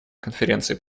конференции